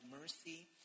mercy